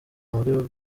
muri